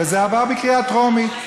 וזה עבר בקריאה טרומית.